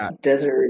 desert